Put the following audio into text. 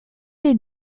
les